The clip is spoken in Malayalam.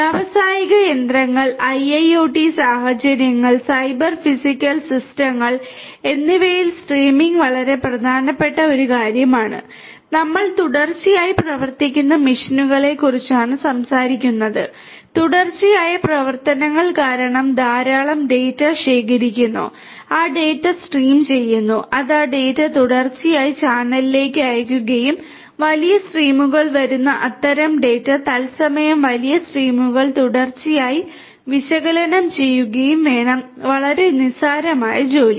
വ്യാവസായിക യന്ത്രങ്ങൾ IIoT സാഹചര്യങ്ങൾ സൈബർ ഫിസിക്കൽ സിസ്റ്റങ്ങൾ എന്നിവയിൽ സ്ട്രീമിംഗ് വളരെ പ്രധാനപ്പെട്ട ഒരു കാര്യമാണ് നമ്മൾ തുടർച്ചയായി പ്രവർത്തിക്കുന്ന മെഷീനുകളെക്കുറിച്ചാണ് സംസാരിക്കുന്നത് തുടർച്ചയായ പ്രവർത്തനങ്ങൾ കാരണം ധാരാളം ഡാറ്റ ശേഖരിക്കുന്നു ആ ഡാറ്റ സ്ട്രീം ചെയ്യുന്നു അത് ആ ഡാറ്റ തുടർച്ചയായി ചാനലിലേക്ക് അയയ്ക്കുകയും വലിയ സ്ട്രീമുകളിൽ വരുന്ന അത്തരം ഡാറ്റ തത്സമയം വലിയ സ്ട്രീമുകൾ തുടർച്ചയായി വിശകലനം ചെയ്യുകയും വേണം വളരെ നിസ്സാരമായ ജോലി